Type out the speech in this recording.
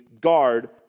guard